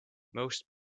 most